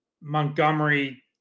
Montgomery